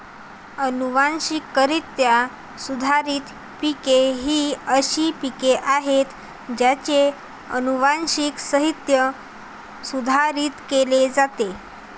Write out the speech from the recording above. अनुवांशिकरित्या सुधारित पिके ही अशी पिके आहेत ज्यांचे अनुवांशिक साहित्य सुधारित केले जाते